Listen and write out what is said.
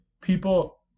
people